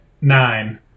nine